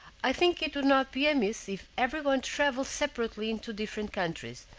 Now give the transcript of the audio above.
i think it would not be amiss if every one traveled separately into different countries,